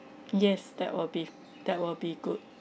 yes that will be that will be good